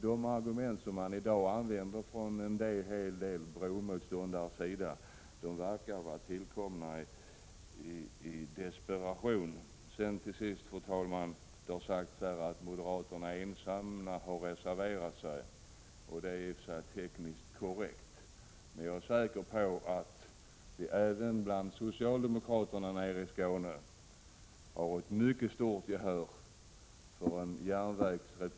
De argument som en hel del bromotståndare i dag använder förefaller vara tillkomna i desperation. Slutligen, fru talman, har det sagts att moderaterna ensamma har reserverat sig. Det är i och för sig tekniskt korrekt, men jag är säker på att det även bland socialdemokraterna nere i Skåne finns ett mycket stort gehör för en järnvägsresp.